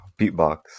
Beatbox